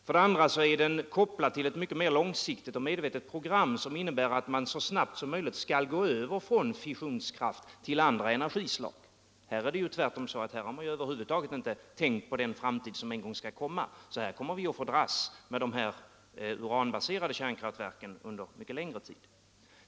För det andra är den kopplad till ett mycket mer långsiktigt och medvetet program som innebär att man så snabbt som möjligt skall gå över från fissionskraft till andra energislag. Här är det ju tvärtom så att man över huvud taget inte tänkt på framtiden, så här kommer vi att få dras med de uranbaserade kraftverken under mycket längre tid.